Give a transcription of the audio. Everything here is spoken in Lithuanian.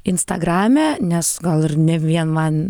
instagrame nes gal ir ne vien man